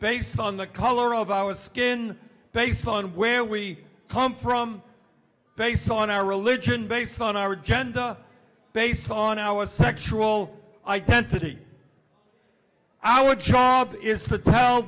based on the color of our skin based on where we come from based on our religion based on our agenda based on our sexual identity i would job is to tell